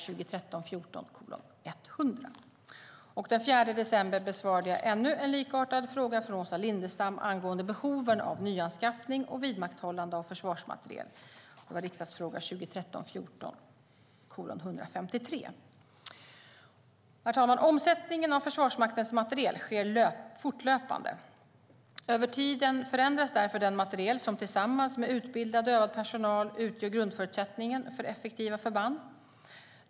Den 4 december besvarade jag ännu en likartad fråga från Åsa Lindestam angående behoven av nyanskaffning och vidmakthållande av försvarsmateriel . Herr talman! Omsättningen av Försvarsmaktens materiel sker fortlöpande. Över tiden förändras därför den materiel som tillsammans med utbildad och övad personal utgör grundförutsättningen för effektiva förband.